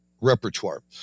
repertoire